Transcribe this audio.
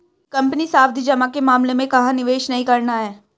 Company सावधि जमा के मामले में कहाँ निवेश नहीं करना है?